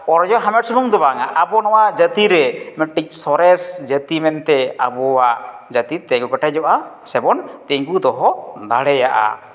ᱚᱨᱡᱚ ᱦᱟᱢᱮᱴ ᱥᱩᱢᱩᱝ ᱫᱚ ᱵᱟᱝᱟ ᱟᱵᱚ ᱱᱚᱣᱟ ᱡᱟᱹᱛᱤᱨᱮ ᱢᱤᱫᱴᱤᱱ ᱥᱚᱨᱮᱥ ᱡᱟᱹᱛᱤ ᱢᱮᱱᱛᱮ ᱟᱵᱚᱣᱟᱜ ᱡᱟᱹᱛᱤ ᱛᱤᱸᱜᱩ ᱠᱮᱴᱮᱡᱚᱜᱼᱟ ᱥᱮᱵᱚᱱ ᱛᱤᱸᱜᱩ ᱫᱚᱦᱚ ᱫᱟᱲᱮᱭᱟᱜᱼᱟ